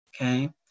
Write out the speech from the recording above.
okay